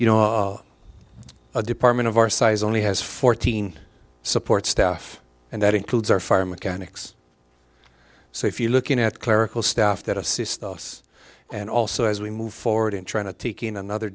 you know a department of our size only has fourteen support staff and that includes our foreign mechanics so if you're looking at clerical staff that assist us and also as we move forward in trying to take in another